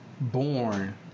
born